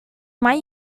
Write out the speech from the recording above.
might